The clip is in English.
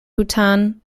bhutan